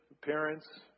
parents